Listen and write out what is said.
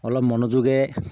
অলপ মনোযোগেৰে